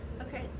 Okay